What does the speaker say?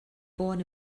born